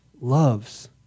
loves